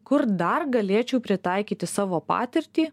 kur dar galėčiau pritaikyti savo patirtį